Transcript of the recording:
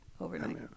Overnight